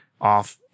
off